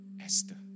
Esther